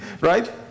Right